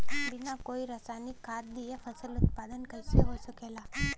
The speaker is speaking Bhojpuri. बिना कोई रसायनिक खाद दिए फसल उत्पादन कइसे हो सकेला?